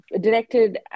directed